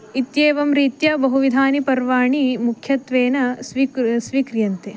इत्येवं रीत्या बहुविधानि पर्वाणि मुख्यत्वेन स्वीकु स्वीक्रियन्ते